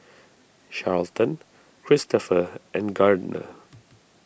Charlton Christopher and Gardner